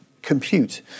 Compute